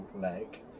leg